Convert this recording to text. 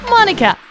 Monica